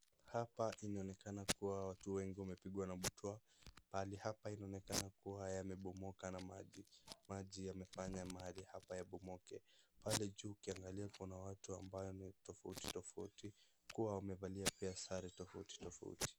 Hapa inaonekana kuwa watu wengi wamepigwa na butwaa, pahali hapa inaonekana kuwa yamebomoka na maji, maji yamefanya mahali hapa yabomoke, pale juu ukiangalia kuna watu ambao ni tofauti tofauti, wakiwa wamevaa sare tofauti tofauti.